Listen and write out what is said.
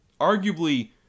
Arguably